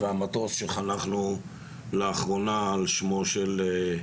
והמטוס שחנכנו לאחרונה על שמו של שלמה הלל.